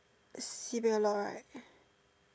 sibeh a lot right